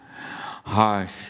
Harsh